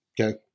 Okay